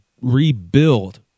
rebuild